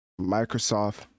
Microsoft